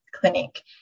clinic